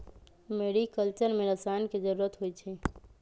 mariculture में रसायन के जरूरत होई छई